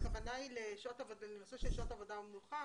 הכוונה היא לנושא של שעות עבודה ומנוחה,